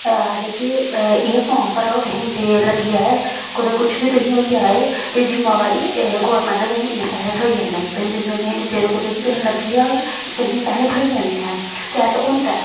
आखदे की एह् फार्म भरो तुहेंगी जे लग्गी जाए कुते कुछ बी तुहेंगी होई जाए ते जुम्मेवारी गौरमैंट ने तुहेंगी इन्ने पैहे थ्होई जाने नै उस्स देन जेस दिन तुहें जदूं कुते बी तुहेंगी लग्गी जाग ते तुहेंगी पैहे थ्होई जाने ऐ ते ऐसा होंदा